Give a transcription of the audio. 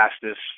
fastest